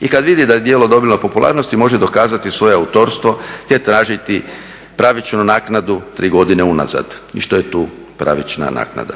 i kad vidi da je djelo dobilo popularnost može dokazati svoje autorstvo te tražiti pravičnu naknadu tri godine unazad i što je tu pravična naknada.